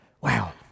Wow